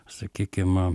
sakykim e